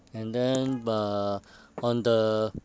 and then uh on the